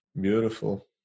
Beautiful